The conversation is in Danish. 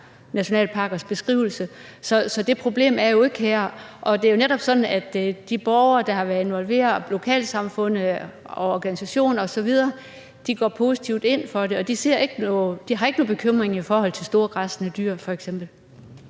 naturnationalparker. Så det problem er der jo ikke her. Og det er jo netop sådan, at de borgere, der har været involveret, lokalsamfundet og organisationer osv. går positivt ind for det, og de har ikke nogen bekymringer i forhold til store græssende dyr f.eks.